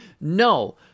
No